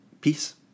Peace